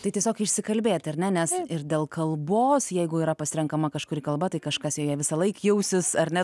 tai tiesiog išsikalbėti ar ne nes ir dėl kalbos jeigu yra pasirenkama kažkuri kalba tai kažkas joje visąlaik jausis ar ne